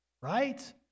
right